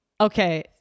Okay